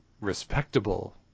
respectable